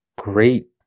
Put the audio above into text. great